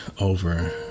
over